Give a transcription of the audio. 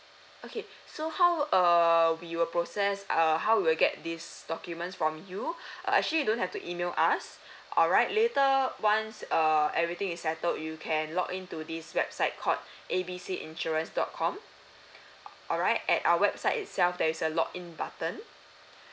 okay so how will err we will process err how we will get these documents from you uh actually you don't have to email us alright later once err everything is settled you can log in to this website called A B C insurance dot com a~ alright at our website itself there is a login button